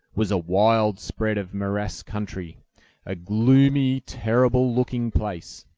was a wild spread of morass country a gloomy, terrible-looking place.